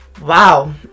wow